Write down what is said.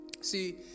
See